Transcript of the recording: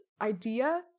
idea